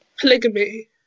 polygamy